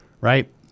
right